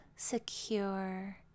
Secure